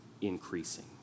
increasing